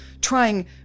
trying